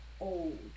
old